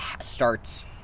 starts